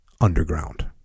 underground